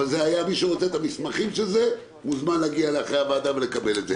מי שרוצה את המסמכים של זה מוזמן להגיע אליי אחרי הישיבה ולקבל את זה.